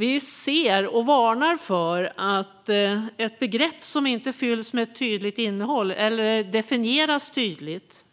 Vi ser och varnar för att ett begrepp som inte fylls med ett tydligt innehåll eller definieras tydligt